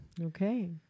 Okay